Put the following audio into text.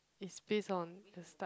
is based on the start